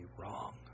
wrong